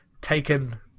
taken